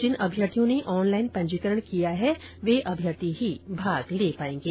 rally के लिए जिन अभ्यार्थियों ने ऑनलाइन पंजीकरण किया है वे अभ्यर्थी ही भाग ले सकेंगे